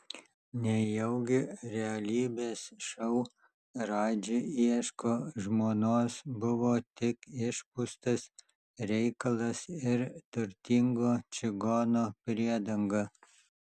nejaugi realybės šou radži ieško žmonos buvo tik išpūstas reikalas ir turtingo čigono priedanga